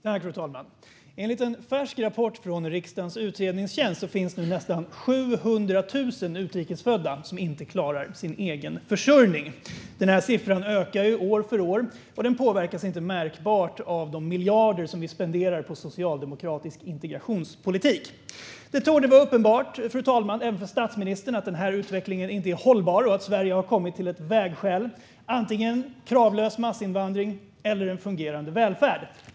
Fru talman! Enligt en färsk rapport från riksdagens utredningstjänst är det nu nästan 700 000 utrikesfödda som inte klarar att försörja sig själva. Denna siffra ökar år för år, och den påverkas inte märkbart av de miljarder som spenderas på socialdemokratisk integrationspolitik. Det torde vara uppenbart även för statsministern att denna utveckling inte är hållbar och att Sverige har kommit till ett vägskäl: antingen kravlös massinvandring eller en fungerande välfärd.